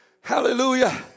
hallelujah